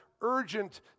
urgent